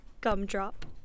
Gumdrop